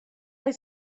they